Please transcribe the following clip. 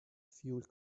fuel